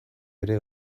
ere